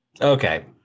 Okay